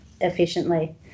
efficiently